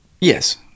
Yes